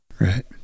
Right